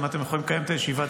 אם אתם יכולים לקיים את ישיבת